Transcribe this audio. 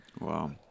Wow